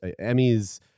Emmys